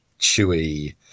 chewy